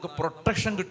protection